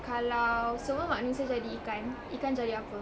kalau semua manusia jadi ikan ikan jadi apa